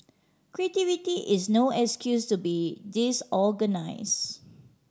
creativity is no excuse to be disorganise